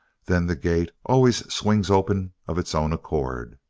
then the gate always swings open of its own accord.